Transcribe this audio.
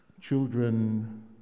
Children